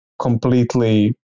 completely